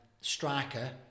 striker